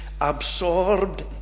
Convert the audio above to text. absorbed